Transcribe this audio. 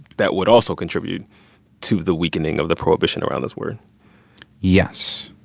that would also contribute to the weakening of the prohibition around this word yes.